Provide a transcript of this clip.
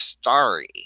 starry